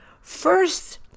first